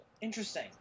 Interesting